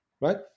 right